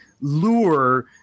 lure